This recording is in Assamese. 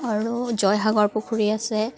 আৰু জয়সাগৰ পুখুৰী আছে